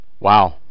Wow